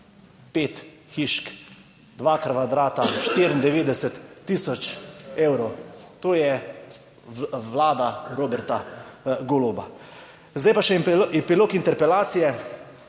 5 hišk, dva kvadrata 94 tisoč evrov. To je Vlada Roberta Goloba. Zdaj pa še epilog interpelacije.